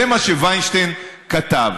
זה מה שווינשטיין כתב,